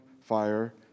Fire